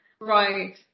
right